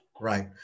Right